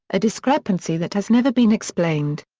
a discrepancy that has never been explained.